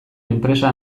enpresa